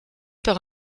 par